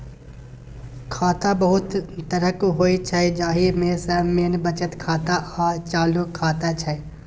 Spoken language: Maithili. खाता बहुत तरहक होइ छै जाहि मे सँ मेन बचत खाता आ चालू खाता छै